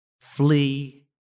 flee